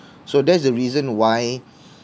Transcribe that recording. so that's the reason why